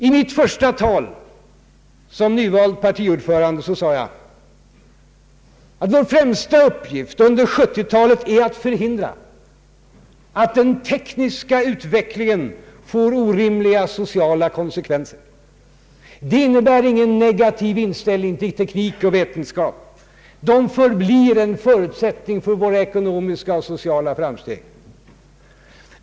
I mitt första tal som nyvald partiordförande anförde jag, att de främsta uppgifterna under 1970-talet är att förhindra att den tekniska utvecklingen får orimliga sociala konsekvenser. Det innebär ingen negativ inställning till teknik och vetenskap, de förblir en förutsättning för våra ekonomiska och sociala framsteg.